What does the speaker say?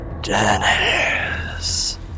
Dennis